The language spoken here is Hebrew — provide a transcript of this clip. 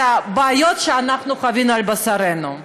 הבעיות שאנחנו חווינו על בשרנו.